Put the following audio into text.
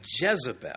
Jezebel